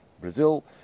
Brazil